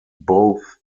both